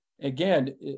Again